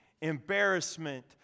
embarrassment